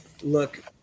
look